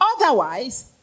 otherwise